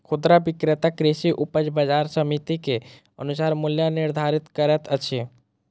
खुदरा विक्रेता कृषि उपज बजार समिति के अनुसार मूल्य निर्धारित करैत अछि